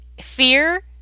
fear